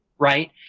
Right